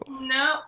No